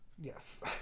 Yes